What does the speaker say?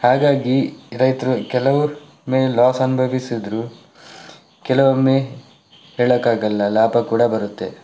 ಹಾಗಾಗಿ ರೈತರು ಕೆಲವೊಮ್ಮೆ ಲಾಸ್ ಅನುಭವಿಸಿದರೂ ಕೆಲವೊಮ್ಮೆ ಹೇಳೋಕ್ಕಾಗಲ್ಲ ಲಾಭ ಕೂಡ ಬರುತ್ತೆ